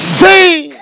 sing